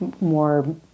more